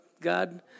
God